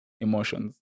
emotions